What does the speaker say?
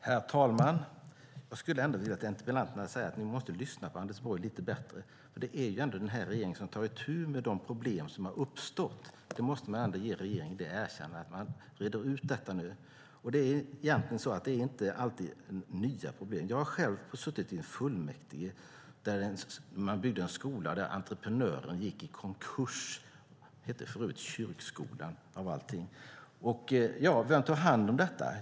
Herr talman! Jag skulle vilja att interpellanten lyssnade lite bättre på Anders Borg. Det är ändå den här regeringen som tar itu med de problem som har uppstått. Man måste ge regeringen det erkännandet att den reder ut detta nu. Egentligen är problemen inte alltid nya. Jag har själv suttit i fullmäktige som beslutade om att bygga en skola och där entreprenören gick i konkurs. Den hette förut Kyrkskolan, av alla namn. Vem tar hand om detta?